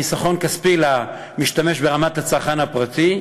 חיסכון כספי למשתמש ברמת הצרכן הפרטי,